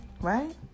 Right